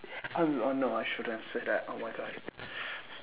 uh oh no I shouldn't have said that oh my god